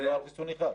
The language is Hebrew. לא על חיסון אחד.